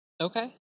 Okay